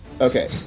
Okay